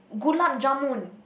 gulab-jamun